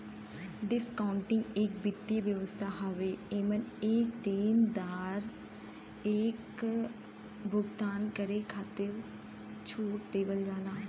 discounting एक वित्तीय व्यवस्था हउवे एमन एक देनदार एक भुगतान करे खातिर छूट देवल जाला